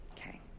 Okay